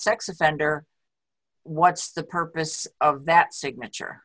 sex offender what's the purpose of that signature